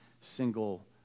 single